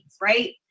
right